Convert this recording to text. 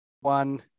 One